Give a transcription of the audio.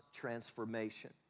transformation